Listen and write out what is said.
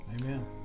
Amen